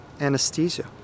anesthesia